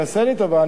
תעשה לי טובה,